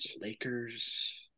Lakers